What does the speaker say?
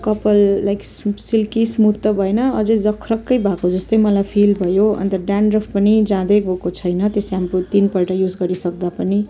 कपाल like silky smooth त भएन अझै जख्रक्कै भएको जस्तै मलाई फिल भयो अन्त डेन्ड्रफ पनि जाँदै गएको छैन त्यो सेम्पू तिनपल्ट युज गरिसक्दा पनि